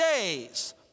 days